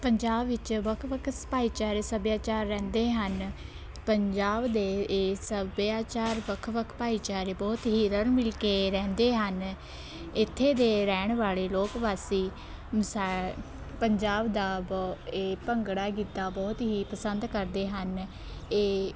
ਪੰਜਾਬ ਵਿੱਚ ਵੱਖ ਵੱਖ ਸ ਭਾਈਚਾਰੇ ਸੱਭਿਆਚਾਰ ਰਹਿੰਦੇ ਹਨ ਪੰਜਾਬ ਦੇ ਇਹ ਸੱਭਿਆਚਾਰ ਵੱਖ ਵੱਖ ਭਾਈਚਾਰੇ ਬਹੁਤ ਹੀ ਰਲ਼ ਮਿਲ ਕੇ ਰਹਿੰਦੇ ਹਨ ਇੱਥੇ ਦੇ ਰਹਿਣ ਵਾਲੇ ਲੋਕਵਾਸੀ ਪੰਜਾਬ ਦਾ ਬਹੁ ਇਹ ਭੰਗੜਾ ਗਿੱਧਾ ਬਹੁਤ ਹੀ ਪਸੰਦ ਕਰਦੇ ਹਨ ਇਹ